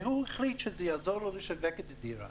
שהוא החליט שזה יעזור לו לשווק את הדירה.